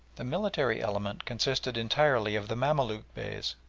the military element consisted entirely of the mamaluk beys,